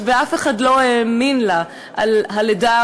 ואף אחד לא האמין לה על הלידה,